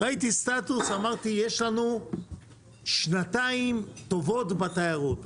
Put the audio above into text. ראיתי סטטוס, אמרתי יש לנו שנתיים טובות בתיירות.